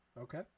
Okay